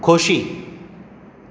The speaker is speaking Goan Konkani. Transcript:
खोशी